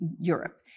Europe